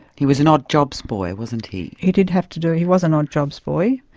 he was an odd jobs boy, wasn't he? he did have to do. he was an odd jobs boy.